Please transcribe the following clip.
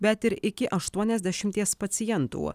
bet ir iki aštuoniasdešimties pacientų